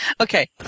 Okay